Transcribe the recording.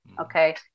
Okay